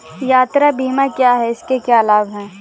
यात्रा बीमा क्या है इसके क्या लाभ हैं?